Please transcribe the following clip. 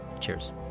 Cheers